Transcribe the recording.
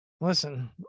listen